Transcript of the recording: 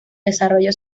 desarrollo